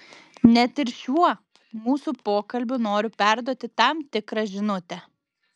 net ir šiuo mūsų pokalbiu noriu perduoti tam tikrą žinutę